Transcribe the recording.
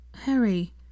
Harry